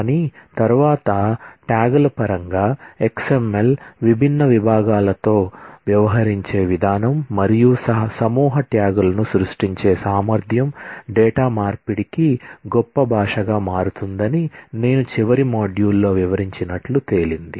కానీ తరువాత ట్యాగ్ల పరంగా XML విభిన్న భాగాలతో వ్యవహరించే విధానం మరియు సమూహ ట్యాగ్లను సృష్టించే సామర్థ్యం డేటా మార్పిడికి గొప్ప భాషగా మారుతుందని నేను చివరి మాడ్యూల్లో వివరించినట్లు తేలింది